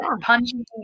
punching